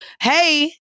hey